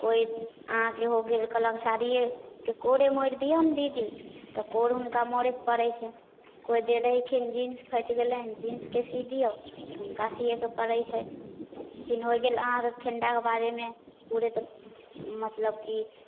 कोइ अहाँके हो गेल कहलक साड़िए तऽ कोरे मोड़ि दिऔ ने दीदी तऽ कोर हुनका मोड़ैके पड़ै छै कोइ दऽ दै छथिन जीन्स फटि गेलनि जीन्सके सीबि दिऔ तऽ हुनका सिएके पड़ै छै फेर हो गेल अहाँके खेण्डाके बारेमे पूरे तऽ मतलब कि